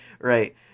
Right